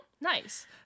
nice